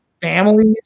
Families